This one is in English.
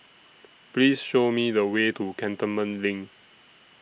Please Show Me The Way to Cantonment LINK